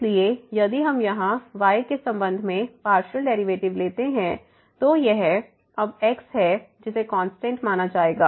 इसलिए यदि हम यहां y के संबंध में पार्शियल डेरिवेटिव लेते हैं तो यह अब x है जिसे कांस्टेंट माना जाएगा